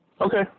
Okay